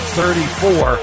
34